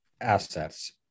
assets